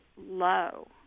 low